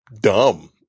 dumb